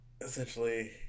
Essentially